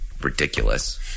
Ridiculous